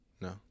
No